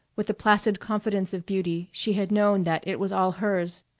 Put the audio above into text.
with the placid confidence of beauty, she had known that it was all hers,